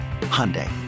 Hyundai